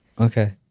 okay